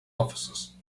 offices